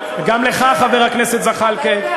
גם לך, חבר הכנסת זחאלקה.